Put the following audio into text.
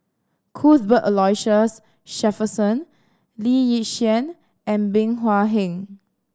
Cuthbert Aloysius Shepherdson Lee Yi Shyan and Bey Hua Heng